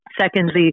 Secondly